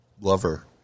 lover